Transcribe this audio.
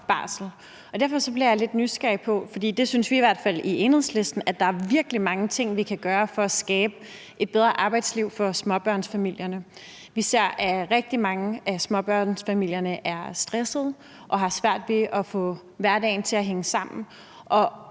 derfor bliver jeg lidt nysgerrig på noget. For vi synes i hvert fald i Enhedslisten, at der er virkelig mange ting, vi kan gøre for at skabe et bedre arbejdsliv for småbørnsfamilierne. Vi ser, at rigtig mange af småbørnsfamilierne er stressede og har svært ved at få hverdagen til at hænge sammen,